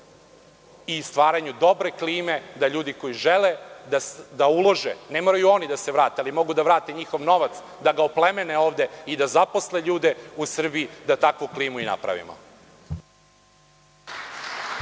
i stvaranju dobre klime da ljudi koji žele da ulože, ne moraju oni da se vrate, ali mogu da vrate njihov novac, da ga oplemene ovde i da zaposle ljude u Srbiji da takvu klimu i napravimo.